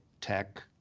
tech